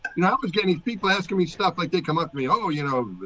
not as many people asking me stuff like that come up to me. oh, you know,